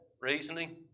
reasoning